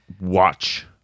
watch